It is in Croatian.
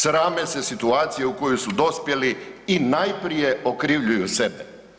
Srame se situacije u kojoj su dospjeli i najprije okrivljuju sebe.